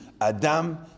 Adam